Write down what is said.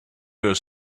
were